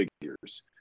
figures